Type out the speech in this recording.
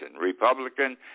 Republican